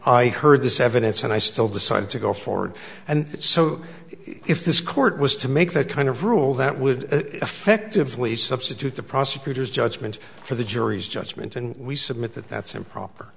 i heard this evidence and i still decided to go forward and so if this court was to make that kind of rule that would effectively substitute the prosecutor's judgment for the jury's judgment and we submit that that's improper